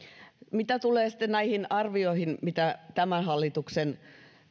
mitä tulee sitten näihin arvioihin mitä tämän hallituksen